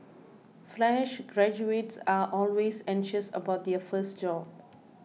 fresh graduates are always anxious about their first job